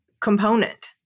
component